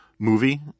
movie